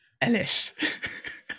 Ellis